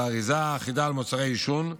והאריזה האחידה של מוצרי עישון.